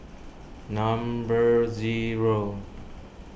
number zero